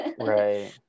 Right